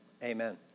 Amen